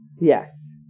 Yes